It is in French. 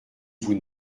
vous